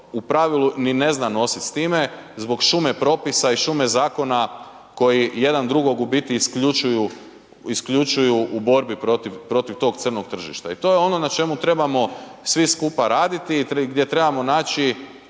u pravilu ni ne zna nositi s time zbog šume propisa i šume zakona koji jedan drugog isključuju u borbi protiv tog crnog tržišta i to ono na čemu trebamo svi skupa raditi i gdje trebamo naći